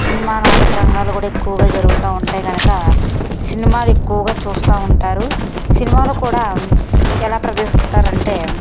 cinema నాటక రంగాలు కూడా ఎక్కువగా జరుగుతూ ఉంటాయి కనుక సినిమాలు ఎక్కువగా చూస్తూ ఉంటారు సినిమాలు కూడా ఎలా ప్రదర్శిస్తారంటే